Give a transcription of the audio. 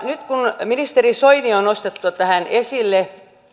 nyt ministeri soini on nostettu tähän esille